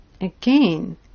Again